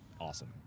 awesome